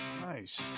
Nice